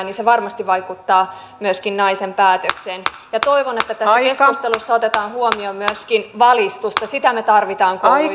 niin se varmasti vaikuttaa myöskin naisen päätökseen ja toivon että tässä keskustelussa otetaan huomioon myöskin valistus sitä me tarvitsemme kouluissa